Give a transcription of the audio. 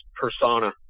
persona